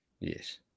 Yes